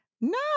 No